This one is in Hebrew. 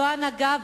זאת ההנהגה,